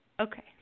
Okay